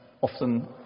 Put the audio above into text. often